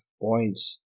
points